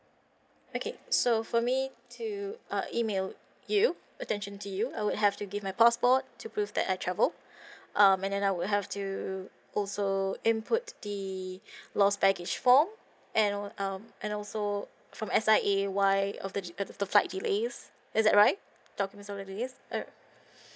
okay so for me to uh email you attention to you I would have to give my passport to prove that I travel um and then I would have to also input the lost baggage form and um and also from S_I_A why of the of the flight delays is that right documents all of this uh